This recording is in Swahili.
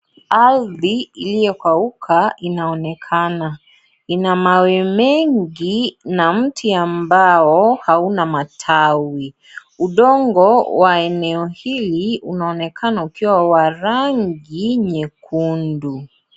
Ardhi iliyokauka inaonekana. Ina mawe mengi na mti ambao hauna matawi. Udongo wa eneo hili, unaonekana ukiwa wa rangi nyekundu.